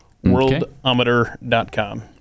worldometer.com